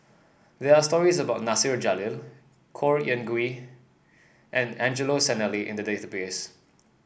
there are stories about Nasir Jalil Khor Ean Ghee and Angelo Sanelli in the database